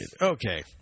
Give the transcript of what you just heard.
Okay